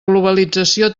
globalització